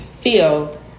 feel